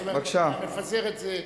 זאת אומרת, צריך לפזר את זה.